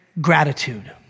gratitude